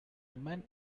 men